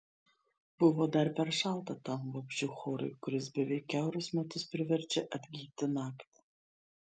buvo dar per šalta tam vabzdžių chorui kuris beveik kiaurus metus priverčia atgyti naktį